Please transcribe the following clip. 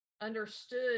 understood